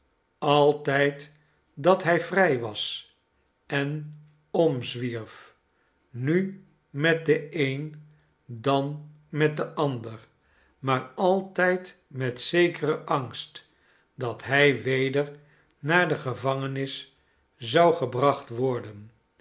altijd dat hij vrij was en omzwierf nu met den een dan met den ander maar altijd met zekeren angst dat hij weder naar de gevangenis zou gebracht worden